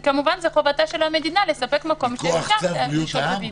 כי כמובן שזאת חובתה של המדינה לספק מקום שאפשר לשהות בבידוד.